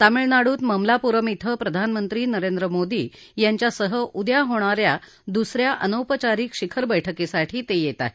तामिळनाडूत मामलापुरम इथं प्रधानमंत्री नरेंद्र मोदी यांच्यासह उद्या होणाऱ्या दुसऱ्या अनौपचारिक शिखर बैठकीसाठी ते येत आहेत